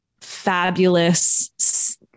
fabulous